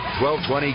1220